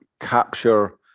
capture